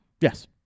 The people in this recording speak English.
Yes